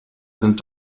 sind